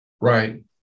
right